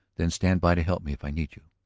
then stand by to help me if i need you.